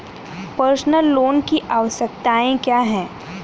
Personal loan की आवश्यकताएं क्या हैं?